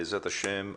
בעזרת השם,